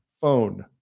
phone